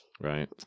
Right